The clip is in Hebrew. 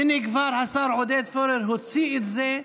הינה, כבר השר עודד פורר הוציא את זה,